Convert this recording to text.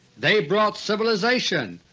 they brought civilization,